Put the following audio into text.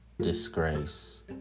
disgrace